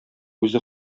үзе